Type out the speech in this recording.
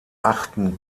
achten